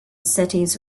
cities